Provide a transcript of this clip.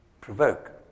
provoke